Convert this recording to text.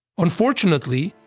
unfortunately,